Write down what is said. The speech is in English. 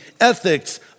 ethics